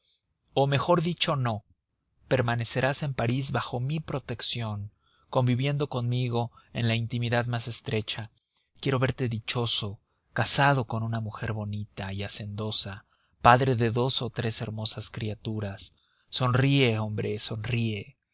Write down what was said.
o mejor dicho no permanecerás en parís bajo mi protección conviviendo conmigo en la intimidad más estrecha quiero verte dichoso casado con una mujer bonita y hacendosa padre de dos o tres hermosas criaturas sonríe hombre sonríe